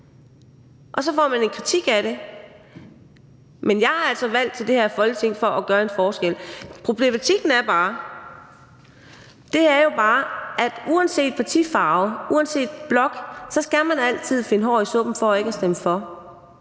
Og så får man en kritik af det, men jeg er altså valgt til det her Folketing for at gøre en forskel. Problematikken er bare, at man, uanset partifarve, uanset blok, altid skal finde hår i suppen for ikke at stemme for.